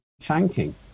tanking